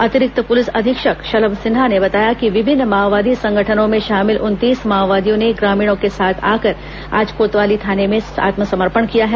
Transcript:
अतिरिक्त प्रलिस अधीक्षक शलभ सिन्हा ने बताया कि विभिन्न माओवादी संगठनों में शामिल उनतीस माओवादियों ने ग्रामीणों के साथ आकर आज कोतवाली थाने में आत्मसमर्पण किया है